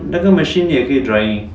那个 machine 也可以 drying